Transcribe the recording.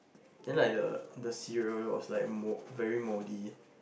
then like the the cereal was like mold very moldy